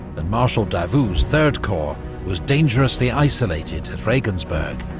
and marshal davout's third corps was dangerously isolated at regensburg.